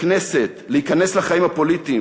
לכנסת, להיכנס לחיים הפוליטיים.